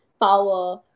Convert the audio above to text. power